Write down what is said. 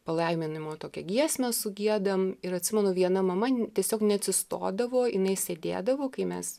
palaiminimo tokią giesmę sugiedam ir atsimenu viena mama tiesiog neatsistodavo jinai sėdėdavo kai mes